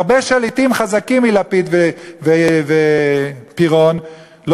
הרבה שליטים חזקים מלפיד ומפירון לא